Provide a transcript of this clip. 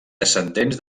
descendents